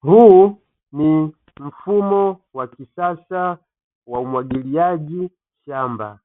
Huu ni mfumo wa kisasa wa umwagiliaji shamba,